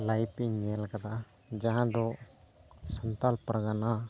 live ᱤᱧ ᱧᱮᱞ ᱠᱟᱫᱟ ᱡᱟᱦᱟᱸ ᱫᱚ ᱥᱟᱱᱛᱟᱲ ᱯᱟᱨᱜᱟᱱᱟ